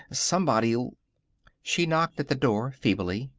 somebody'd she knocked at the door feebly.